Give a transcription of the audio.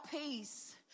peace